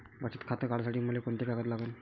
बचत खातं काढासाठी मले कोंते कागद लागन?